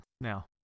now